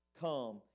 come